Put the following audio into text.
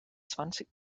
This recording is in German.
zwanzig